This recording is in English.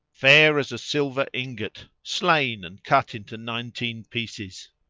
fair as a silver ingot, slain and cut into nineteen pieces.